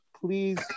please